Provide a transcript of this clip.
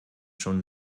schon